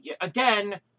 again